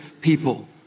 people